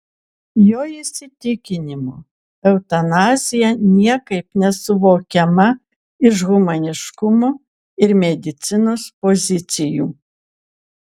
jo įsitikinimu eutanazija niekaip nesuvokiama iš humaniškumo ir medicinos pozicijų